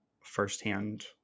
firsthand